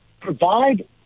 provide